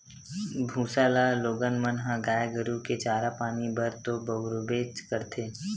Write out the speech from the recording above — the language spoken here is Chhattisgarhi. भूसा ल लोगन मन ह गाय गरु के चारा पानी बर तो बउरबे करथे